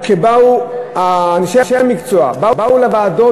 אנשי המקצוע באו לוועדות,